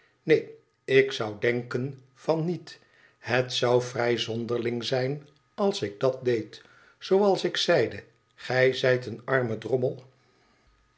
neen ik zou denken van niet het zou vrij zonderling zijn als ik dat deed zooals ik zeide gij zijt een arme drommel